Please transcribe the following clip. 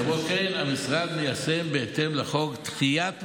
כמו כן, המשרד מיישם בהתאם לחוק דחיית מועדים,